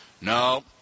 no